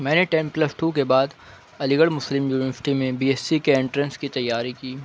میں نے ten plus two کے بعد علی گڑھ مسلیم یونیورسٹی میں بی ایس سی کے انٹرنس کی تیاری کی